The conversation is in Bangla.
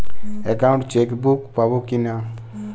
একাউন্ট চেকবুক পাবো কি না?